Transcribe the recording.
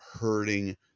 hurting